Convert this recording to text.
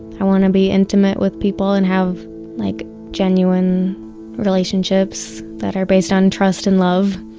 i want to be intimate with people and have like genuine relationships that are based on trust and love.